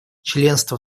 членство